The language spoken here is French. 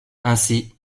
ainsi